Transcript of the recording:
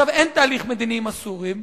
עכשיו אין תהליך מדיני עם הסורים.